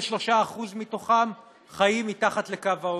23% מהם חיים מתחת לקו העוני,